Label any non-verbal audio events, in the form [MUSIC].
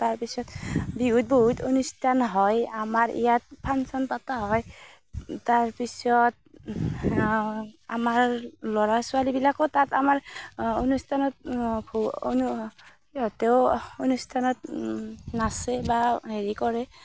তাৰ পিছত বিহুত বহুত অনুষ্ঠান হয় আমাৰ ইয়াত ফাংচন পাতা হয় তাৰ পিছত আমাৰ ল'ৰা ছোৱালীবিলাকো তাত আমাৰ অনুষ্ঠানত [UNINTELLIGIBLE] সিহঁতেও অনুস্থানত নাচে বা হেৰি কৰে